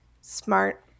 smart